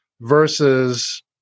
versus